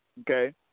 Okay